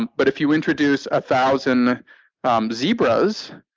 but if you introduce a thousand um zebras,